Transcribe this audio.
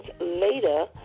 later